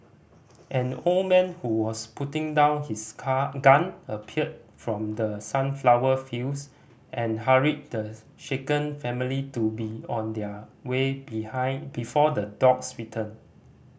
an old man who was putting down his car gun appeared from the sunflower fields and hurried the shaken family to be on their way be before the dogs return